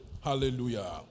Hallelujah